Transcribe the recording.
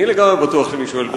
אני לגמרי בטוח שאני שואל ברצינות.